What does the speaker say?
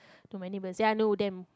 to my neighbours ya I know them